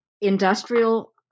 industrial